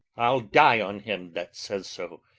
i'll die on him that says so